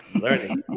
learning